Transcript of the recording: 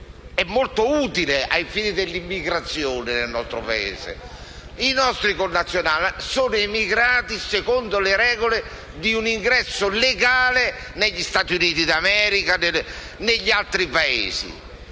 è molto utile per comprendere l'immigrazione nel nostro Paese. I nostri connazionali sono emigrati secondo le regole di un ingresso legale negli Stati Uniti d'America e negli altri Paesi